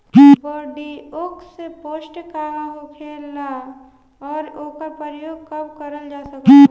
Bordeaux paste का होखेला और ओकर प्रयोग कब करल जा सकत बा?